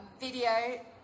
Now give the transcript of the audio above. video